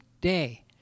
day